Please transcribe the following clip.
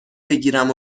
بگیرم